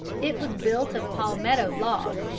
it was built of palmetto logs,